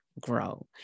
grow